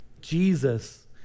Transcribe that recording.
Jesus